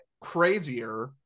crazier